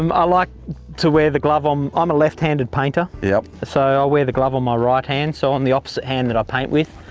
um i like to wear the glove. um i'm a left-handed painter. yup. so i ah wear the glove on my right hand, so on the opposite hand that i paint with,